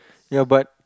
ya but